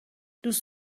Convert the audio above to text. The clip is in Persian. دوست